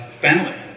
family